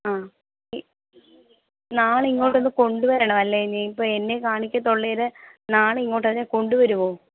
ആ ഈ നാളെ ഇങ്ങോട്ടൊന്ന് കൊണ്ട് വരണം അല്ലേ ഇനി ഇപ്പം എന്നെ കാണിക്കത്തുള്ളെങ്കിൽ നാളെ ഇങ്ങോട്ട് അതിനെ കൊണ്ടുവരുമോ